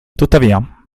tuttavia